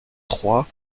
trois